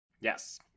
Yes